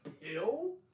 pill